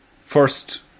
first